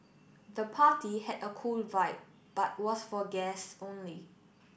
the party had a cool vibe but was for guests only